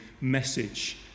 message